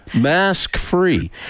mask-free